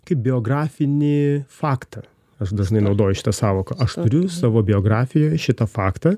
kaip biografinį faktą aš dažnai naudoju šitą sąvoką aš turiu savo biografijoj šitą faktą